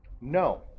No